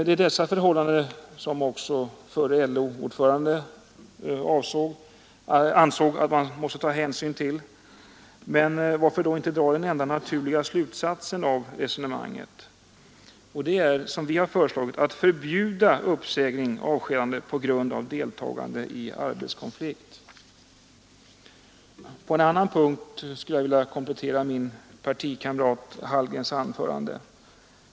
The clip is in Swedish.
Det är dessa förhållande som också förre LO-ordföranden ansåg att man måste ta hänsyn till. Varför då inte dra den enda naturliga slutsatsen av resonemanget? Den är — som vi har föreslagit — att förbjuda uppsägning och avskedande på grund av deltagande i arbetskonflikt. På en annan punkt skulle jag vilja komplettera min partikamrat Hallgrens anförande.